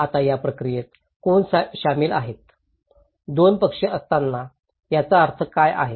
आता या प्रक्रियेत कोण सामील आहेत दोन पक्ष असताना याचा अर्थ काय आहे